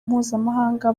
mpuzamahanga